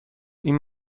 این